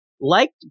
liked